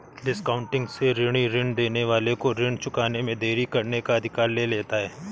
discounting से ऋणी ऋण देने वाले को ऋण चुकाने में देरी करने का अधिकार ले लेता है